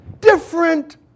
different